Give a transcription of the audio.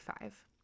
five